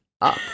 up